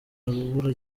arabura